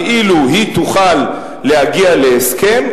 כאילו היא תוכל להגיע להסכם,